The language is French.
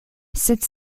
cette